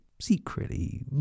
secretly